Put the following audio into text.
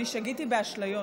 אני שגיתי באשליות.